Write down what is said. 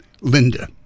Linda